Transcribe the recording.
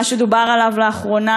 מה שדובר עליו לאחרונה